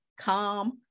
calm